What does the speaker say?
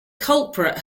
culprit